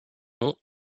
monts